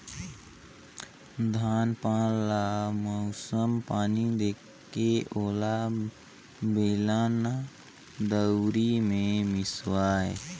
धान पान ल मउसम पानी देखके ओला बेलना, दउंरी मे मिसवाए